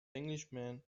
englishman